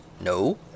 No